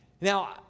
Now